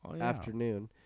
afternoon